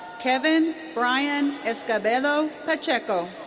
kevin brian escobedo pacheco.